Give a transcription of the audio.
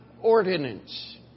ordinance